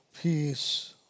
peace